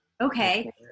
Okay